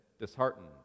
disheartened